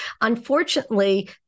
Unfortunately